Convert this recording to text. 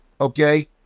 Okay